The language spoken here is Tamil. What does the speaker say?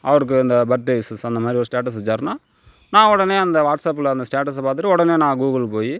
அவர்க்கு இந்த பர்த்டே விஷ்ஷஸ் அந்தமாதிரி ஒரு ஸ்டேட்டஸ் வெச்சார்னா நான் உடனே அந்த வாட்ஸ்அப்பில் அந்த ஸ்டேட்டஸை பார்த்துட்டு உடனே நான் கூகுள் போய்